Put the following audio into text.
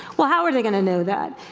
well, how are they gonna know that?